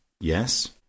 yes